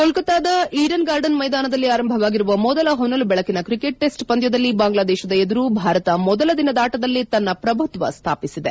ಕೋಲ್ಕೋತಾದ Eden garden ಮೈದಾನದಲ್ಲಿ ಆರಂಭವಾಗಿರುವ ಮೊದಲ ಹೊನಲು ಬೆಳಕಿನ ಕ್ರಿಕೆಟ್ ಟೆಸ್ಟ್ ಪಂದ್ದದಲ್ಲಿ ಬಾಂಗ್ಲಾದೇಶದ ಎದುರು ಭಾರತ ಮೊದಲ ದಿನದಾಟದಲ್ಲೇ ತನ್ನ ಪ್ರಭುತ್ವ ಸ್ಥಾಪಿಸಿದೆ